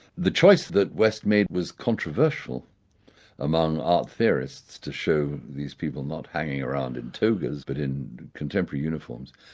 the choice that west made was controversial among art theorists, to show these people not hanging around in togas but in contemporary uniforms,